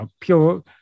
pure